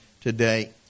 today